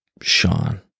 Sean